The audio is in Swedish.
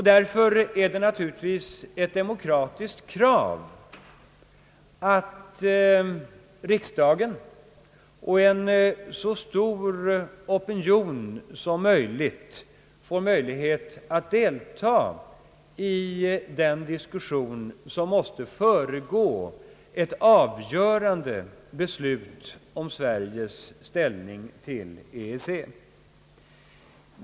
Därför är det ett demokratiskt krav att riksdagen och en så stor opinion som möjligt får tillfälle att deltaga i den diskussion som måste föregå ett avgörande beslut om Sveriges ställning till EEC.